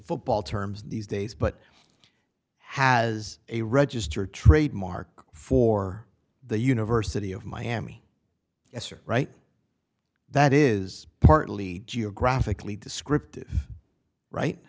football terms these days but has a registered trademark for the university of miami s are right that is partly geographically descriptive right